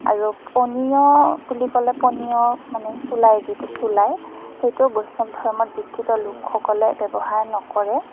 আৰু পনীয় বুলি ক'লে পনীয় মানে চুলাই যিটো চুলাই সেইটো বৈষ্ণৱ ধৰ্মত দিক্ষিত লোকসকলে ব্যৱহাৰ নকৰে